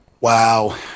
Wow